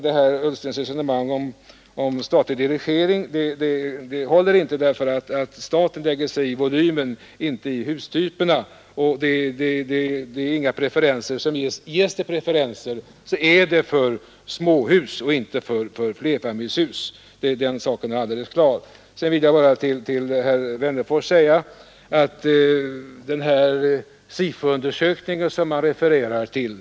Herr Ullstens resonemang om statlig dirigering håller inte, därför att staten lägger sig i volymen men lägger sig inte i hustyperna, och det är inga preferenser som ges härvidlag. Ges det preferenser är det för små hus och inte för flerfamiljshus — den saken är alldeles klar. Till herr Wennerfors vill jag bara säga några ord om den SIFO-undersökning han refererade till.